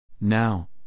Now